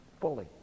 fully